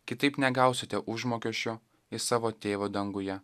kitaip negausite užmokesčio iš savo tėvo danguje